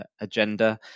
agenda